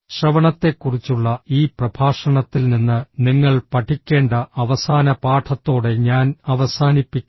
ശ്രവണത്തെക്കുറിച്ചുള്ള ഈ പ്രഭാഷണത്തിൽ നിന്ന് നിങ്ങൾ പഠിക്കേണ്ട അവസാന പാഠത്തോടെ ഞാൻ അവസാനിപ്പിക്കും